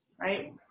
right